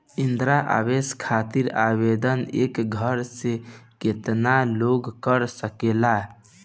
इंद्रा आवास खातिर आवेदन एक घर से केतना लोग कर सकेला?